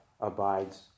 abides